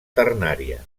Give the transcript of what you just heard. ternària